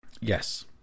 Yes